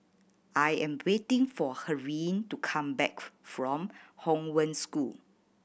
I am waiting for Helene to come back from Hong Wen School